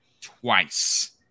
twice